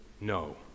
no